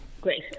Great